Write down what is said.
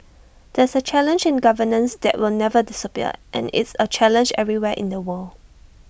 that's A challenge in governance that will never disappear and is A challenge everywhere in the world